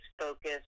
focus